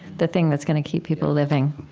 the thing that's going to keep people living